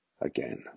again